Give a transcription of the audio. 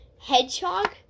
hedgehog